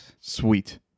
Sweet